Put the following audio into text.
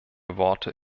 worte